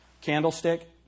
candlestick